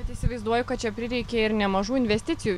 bet įsivaizduoju kad čia prireikė ir nemažų investicijų